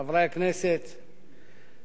חברי הכנסת,